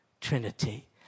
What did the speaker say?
Trinity